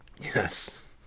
Yes